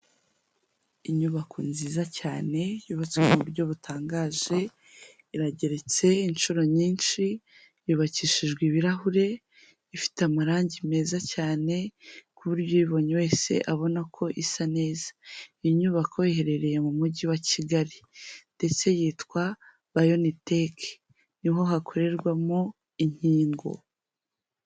Inyubako nziza cyane yubatswe mu buryo butangaje, irageretse inshuro nyinshi, yubakishijwe ibirahure, ifite amarange meza cyane ku buryo uyi bonye wese abona ko isa neza, iyi nyubako iherereye mu mujyi wa Kigali ndetse yitwa BIONTECH ni ho hakorerwamo inkingo.